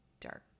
dark